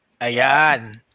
Ayan